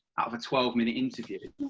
out of a twelve minute interview,